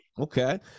Okay